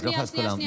שנייה, שנייה, שנייה.